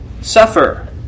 suffer